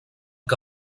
que